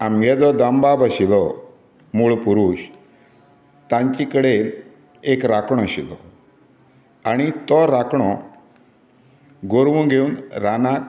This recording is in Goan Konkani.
आमगे जो दामबाब आशिल्लो मूळ पुरूश तांची कडेन एक राखणो आशिल्लो आनी तो राखणो गोरवां घेवन रानांत